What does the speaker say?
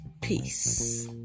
peace